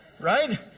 right